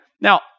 Now